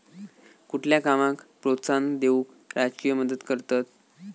कुठल्या कामाक प्रोत्साहन देऊक राजकीय मदत करतत